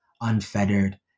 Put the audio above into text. unfettered